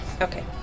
Okay